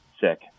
sick